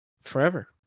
forever